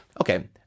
okay